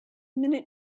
minute